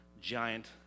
giant